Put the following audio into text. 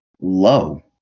low